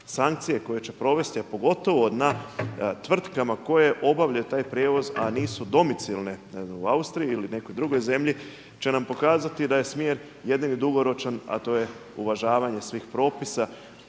sankcije koje će provesti, a pogotovo nad tvrtkama koje obavljaju taj prijevoz, a nisu domicilne ne znam u Austriji ili nekoj drugoj zemlji, će nam pokazati da je smjer jedini dugoročan, a to je uvažavanje svih propisa,